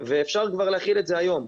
ואפשר גם להחיל את זה היום.